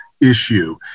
issue